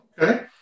Okay